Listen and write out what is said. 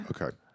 Okay